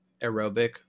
aerobic